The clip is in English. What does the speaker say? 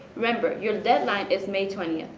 remember, your deadline is may twenty,